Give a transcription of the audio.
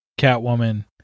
Catwoman